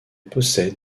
possède